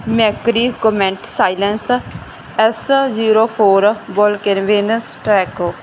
ਮੈਕਰੀਕੋਮੈਂਟ silence S zero four ਵੋਲਕੇਰ ਵੇਨਸ ਟਰੈਕੋ